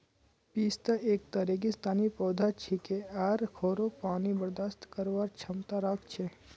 पिस्ता एकता रेगिस्तानी पौधा छिके आर खोरो पानी बर्दाश्त करवार क्षमता राख छे